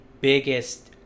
biggest